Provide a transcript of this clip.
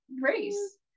race